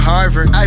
Harvard